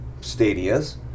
stadia's